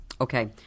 Okay